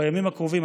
בימים הקרובים,